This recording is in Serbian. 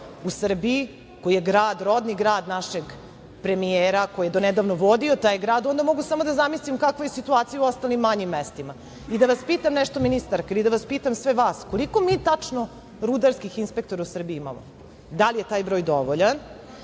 u Srbiji, koji je grad, rodni grad našeg premijera koji je do nedavno vodio taj grad, onda mogu samo da zamislim kakva je situacija u ostalim manjim mestima. Da vas pitam nešto, ministarka, ili da pitam sve vas – koliko mi tačno rudarskih inspektora u Srbiji imamo? Da li je taj broj dovoljan